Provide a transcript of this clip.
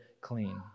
clean